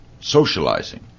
socializing